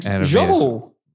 Joe